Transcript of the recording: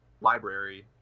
library